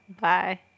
Bye